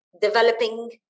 developing